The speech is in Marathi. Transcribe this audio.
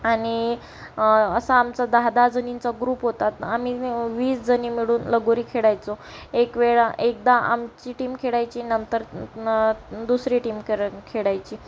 आणि असा आमचा दहा दहा जणींचा ग्रुप होता आम्ही वीसजणी मिळून लगोरी खेळायचो एकवेळा एकदा आमची टीम खेळायची नंतर दुसरी टीम करा खेळायची